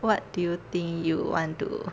what do you think you want to